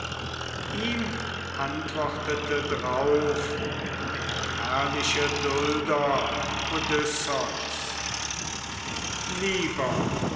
ihm antwortete drauf der herrliche dulder odysseus dieses